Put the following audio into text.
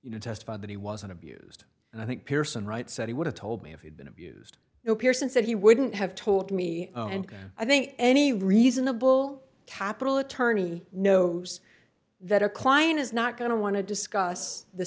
you know testified that he wasn't abused and i think pearson right said he would have told me if he'd been abused you know pierson said he wouldn't have told me and i think any reasonable capital attorney knows that a client is not going to want to discuss the